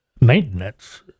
maintenance